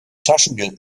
taschengeld